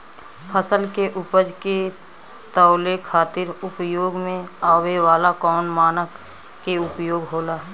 फसल के उपज के तौले खातिर उपयोग में आवे वाला कौन मानक के उपयोग होला?